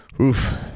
Oof